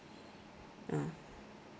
ah